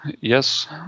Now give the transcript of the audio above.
yes